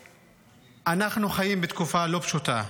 שאנחנו חיים בתקופה לא פשוטה,